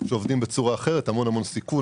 שעובדים בצורה אחרת המון סיכון